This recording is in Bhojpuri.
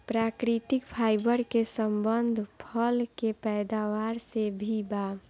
प्राकृतिक फाइबर के संबंध फल के पैदावार से भी बा